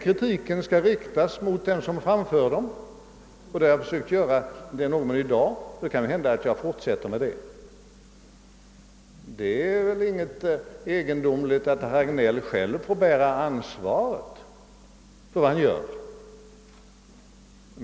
Kritiken skall riktas mot den som framför dessa påståenden. Det har jag försökt göra i dag, och det kan hända att jag fortsätter med det. Det är väl ingenting egendomligt att herr Hagnell själv får bära ansvaret för vad han gör.